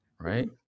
right